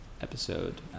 episode